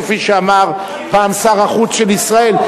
כפי שאמר פעם שר החוץ של ישראל.